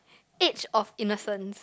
age of innocence